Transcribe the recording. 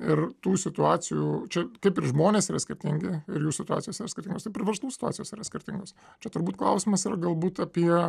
ir tų situacijų čia kaip ir žmonės yra skirtingi ir jų situacijos yra skirtingos ir verslų situacijos yra skirtingos čia turbūt klausimas yra galbūt apie